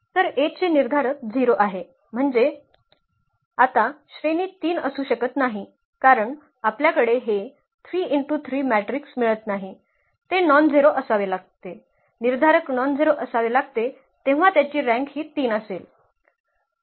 तर A चे निर्धारक 0 आहे म्हणजे आता श्रेणी 3 असू शकत नाही कारण आपल्याला हे 3 × 3 मॅट्रिक्स मिळत नाही ते नॉनझेरो असावे लागते ते निर्धारक नॉनझेरो असावे लागते तेव्हा त्याची रँक हि 3 असेल